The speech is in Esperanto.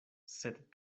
sed